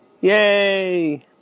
Yay